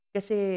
Kasi